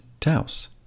Taos